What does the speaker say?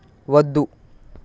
వద్దు